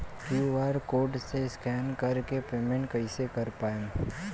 QR code से scan कर के पेमेंट कइसे कर पाएम?